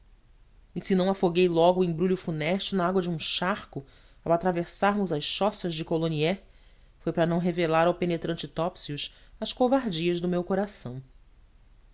e se não afoguei logo o embrulho funesto na água de um charco ao atravessarmos as choças de coloniê foi para não revelar ao penetrante topsius as covardias do meu coração